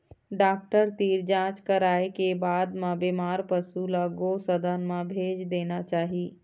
doctor तीर जांच कराए के बाद म बेमार पशु ल गो सदन म भेज देना चाही